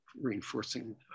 reinforcing